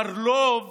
אבל רוב